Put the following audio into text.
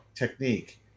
technique